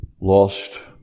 Lost